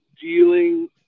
dealing